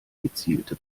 gezielte